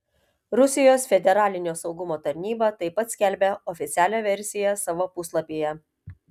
rusijos federalinio saugumo tarnyba taip pat skelbia oficialią versiją savo puslapyje